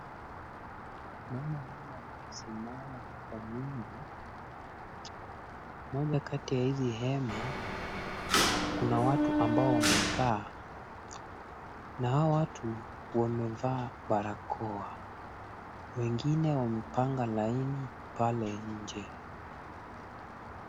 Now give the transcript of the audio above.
Naona hema zikisimama hapa nyingi. Moja kati ya hizi hema, kuna watu ambao wamekaa na hawa watu wamevaa barakoa. Wengine wamepanga laini pale nje.